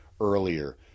earlier